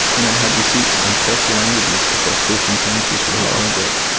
and i had receipts in thirty languages across fourteen currencies for the whole project.